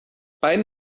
beiden